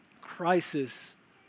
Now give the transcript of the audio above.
crisis